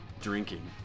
drinking